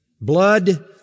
Blood